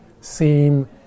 seem